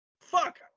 Fuck